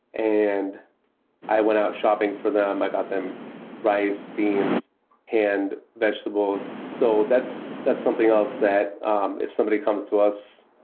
and i went out shopping for them. i got them rice, beans and vegetables. so that's that's something else that um if somebody comes to us,